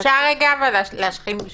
אפשר להשחיל משפט?